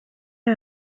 aya